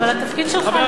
נכון, אבל זה התפקיד שלך.